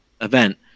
event